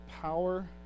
power